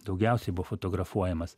daugiausiai buvo fotografuojamas